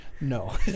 no